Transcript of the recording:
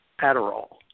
Adderall